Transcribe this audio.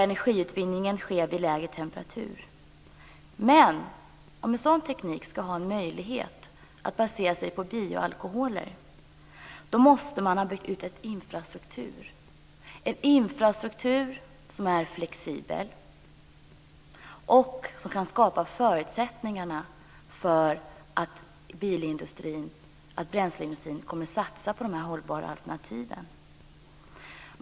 Energiutvinningen sker därför under lägre temperatur. Om en sådan teknik ska ha en möjlighet att basera sig på bioalkoholer måste man ha byggt ut en infrastruktur som är flexibel och som kan skapa förutsättningar för att bränsleindustrin kommer att satsa på de hållbara alternativen.